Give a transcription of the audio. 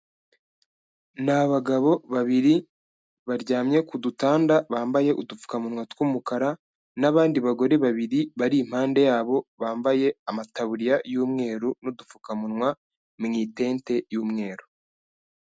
Ni abagabo babiri baryamye ku dutanda, bambaye udupfukamunwa tw'umukara n'abandi bagore babiri bari impande yabo bambaye amataburiya y'umweru n'udupfukamunwa mu itente y'umweru.